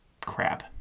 crap